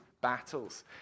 battles